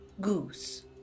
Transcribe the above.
goose